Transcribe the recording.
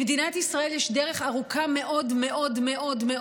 למדינת ישראל יש דרך ארוכה מאוד מאוד מאוד מאוד